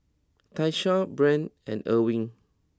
Tyshawn Brent and Erwin